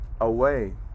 away